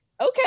okay